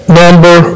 number